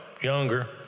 younger